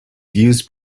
used